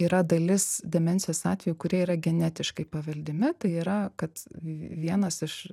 yra dalis demencijos atvejų kurie yra genetiškai paveldimi tai yra kad vienas iš